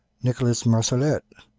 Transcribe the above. nicolas marsollet,